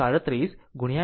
637 Vm થશે